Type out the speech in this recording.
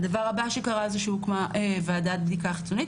הדבר הבא שקרה זה שהוקמה ועדת בדיקה חיצונית.